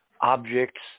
objects